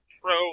Pro